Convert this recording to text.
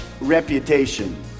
reputation